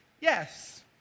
yes